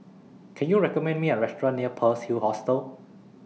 Can YOU recommend Me A Restaurant near Pearl's Hill Hostel